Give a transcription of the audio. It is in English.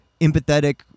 empathetic